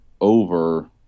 over